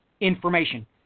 information